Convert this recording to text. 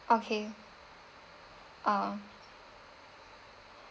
okay ah